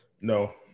No